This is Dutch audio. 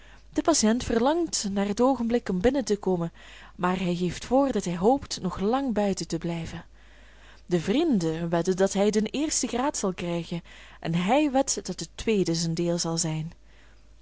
de patiënt verlangt naar het oogenblik om binnen te komen maar hij geeft voor dat hij hoopt nog lang buiten te blijven de vrienden wedden dat hij den eersten graad zal krijgen en hij wedt dat de tweede zijn deel zal zijn